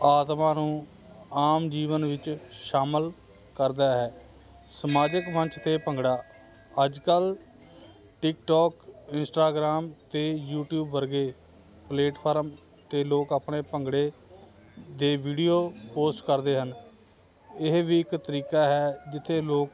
ਆਤਮਾ ਨੂੰ ਆਮ ਜੀਵਨ ਵਿੱਚ ਸ਼ਾਮਿਲ ਕਰਦਾ ਹੈ ਸਮਾਜਿਕ ਮੰਚ 'ਤੇ ਭੰਗੜਾ ਅੱਜ ਕੱਲ੍ਹ ਟਿਕਟੋਕ ਇੰਸਟਾਗ੍ਰਾਮ ਅਤੇ ਯੂਟੀਊਬ ਵਰਗੇ ਪਲੇਟਫਾਰਮ 'ਤੇ ਲੋਕ ਆਪਣੇ ਭੰਗੜੇ ਦੇ ਵੀਡੀਓ ਪੋਸਟ ਕਰਦੇ ਹਨ ਇਹ ਵੀ ਇੱਕ ਤਰੀਕਾ ਹੈ ਜਿੱਥੇ ਲੋਕ